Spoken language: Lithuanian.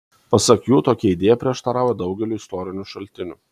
pasak jų tokia idėja prieštarauja daugeliui istorinių šaltinių